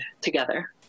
together